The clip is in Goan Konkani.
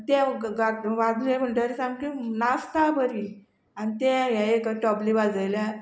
आनी ते वाजले म्हणटरी सामकी नाचता बरी आनी ते हे एक तबली वाजयल्या